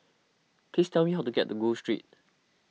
please tell me how to get to Gul Street